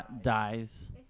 dies